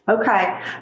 Okay